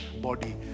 body